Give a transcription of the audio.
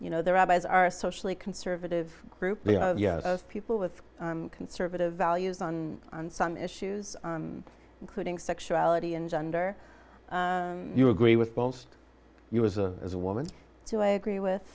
you know the rabbis are socially conservative group of people with conservative values on on some issues including sexuality and gender you agree with both of you was a as a woman too i agree with